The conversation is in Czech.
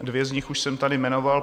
Dvě z nich už jsem tady jmenoval.